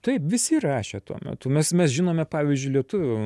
taip visi rašė tuo metu mes mes žinome pavyzdžiui lietuvių